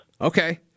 Okay